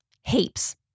heaps